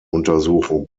untersuchung